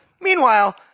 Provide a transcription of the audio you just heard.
Meanwhile